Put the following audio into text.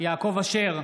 יעקב אשר,